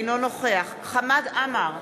אינו נוכח חמד עמאר,